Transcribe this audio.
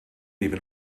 even